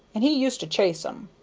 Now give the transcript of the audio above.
and he used to chase em.